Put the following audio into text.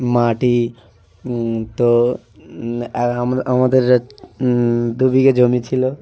মাটি তো অ্যাঁ আমরা আমাদের দু বিঘে জমি ছিলো